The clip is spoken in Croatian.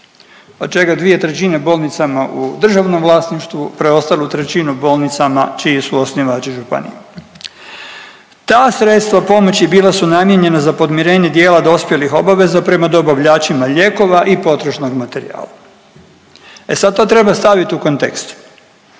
od čega 2/3 bolnicama u državnom vlasništvu, preostalu trećinu bolnicama čiji su osnivači županije. Ta sredstva pomoći bila su namijenjena za podmirenje dijela dospjelih obveza prema dobavljačima lijekova i potrošnog materijala. E sad to treba stavit u kontekst.